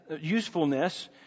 usefulness